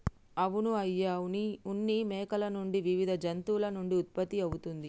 అవును అయ్య ఉన్ని మేకల నుండి వివిధ జంతువుల నుండి ఉత్పత్తి అవుతుంది